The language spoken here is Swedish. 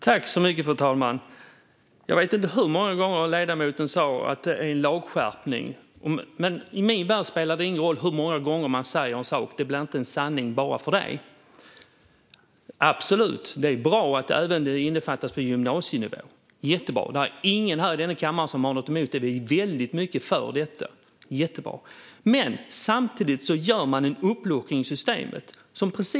Fru talman! Jag vet inte hur många gånger ledamoten sa att det är en lagskärpning. Men i min värld spelar det ingen roll hur många gånger man säger en sak; det blir inte en sanning bara för det. Absolut, det är bra att även gymnasienivån omfattas. Det är jättebra, och det är ingen här i denna kammare som har något emot det. Vi är väldigt för detta. Det är jättebra. Man samtidigt gör man en uppluckring av systemet.